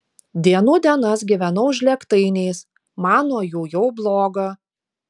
dienų dienas gyvenau žlėgtainiais man nuo jų jau bloga